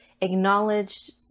acknowledge